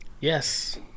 Yes